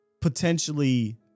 potentially –